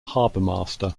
harbourmaster